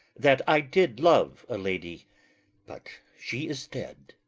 that i did love a lady but she is dead.